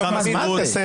תסיים